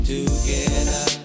Together